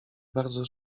bardzo